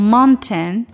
Mountain